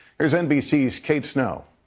here is nbc's kate snow.